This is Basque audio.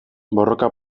borroka